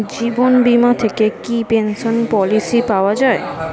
জীবন বীমা থেকে কি পেনশন পলিসি পাওয়া যায়?